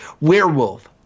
werewolf